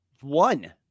One